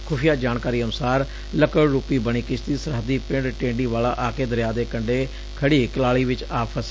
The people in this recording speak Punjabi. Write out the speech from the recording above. ਖੁਫੀਆ ਜਾਣਕਾਰੀ ਅਨੁਸਾਰ ਲੱਕੜ ਰੁਪੀ ਬਣੀ ਕਿਸ਼ਤੀ ਸਰਹੱਦੀ ਪਿੰਡ ਟੇਡੀ ਵਾਲਾ ਆ ਕੇ ਦਰਿਆ ਦੇ ਕੰਡੇ ਖੜੀ ਕਲਾਲੀ ਵਿਚ ਆ ਫਸੀ